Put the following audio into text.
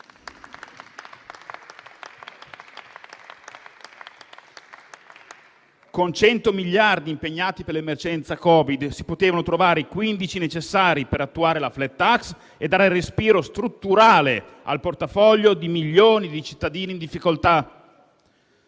Con 100 miliardi impegnati per l'emergenza Covid, si potevano trovare i 15 miliardi necessari per attuare la *flat tax* e dare respiro strutturale al portafoglio di milioni di cittadini in difficoltà.